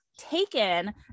taken